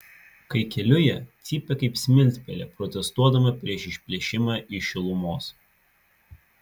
kai keliu ją cypia kaip smiltpelė protestuodama prieš išplėšimą iš šilumos